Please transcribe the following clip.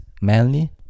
manly